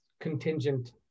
contingent